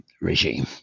regime